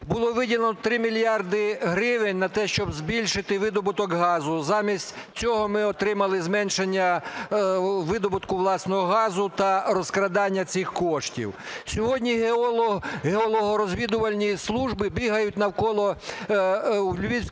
було виділено 3 мільярди гривень на те, щоб збільшити видобуток газу, замість цього ми отримали зменшення видобутку власного газу та розкрадання цих коштів. Сьогодні геологорозвідувальні служби бігають навколо, у Львівській області